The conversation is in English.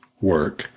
work